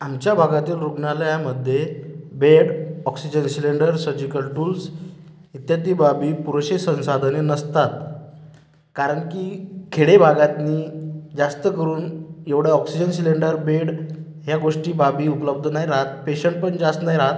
आमच्या भागातील रुग्णालयामध्ये bed oxygen cylinders surgical tools इत्यादी बाबी पुरेशी संसाधने नसतात कारण की खेडेभागातनं जास्त करून एवढं ऑक्सिजन सिलेंडर बेड ह्या गोष्टी बाबी उपलब्ध नाही राहात पेशंटपण जास्त नाही राहात